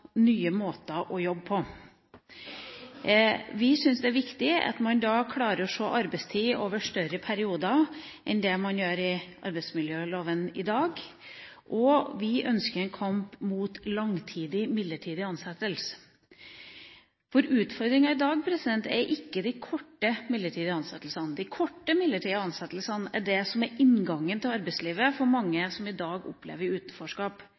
nye arbeidsstrukturer og nye måter å jobbe på. Vi syns det er viktig at man da kan klare å se arbeidstid over lengre perioder, enn det man gjør i arbeidsmiljøloven i dag, og vi ønsker en kamp mot langtidig midlertidige ansettelser. Utfordringa i dag er ikke de korte midlertidige ansettelsene. De korte midlertidige ansettelsene er det som er inngangen til arbeidslivet for mange som i dag opplever utenforskap.